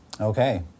Okay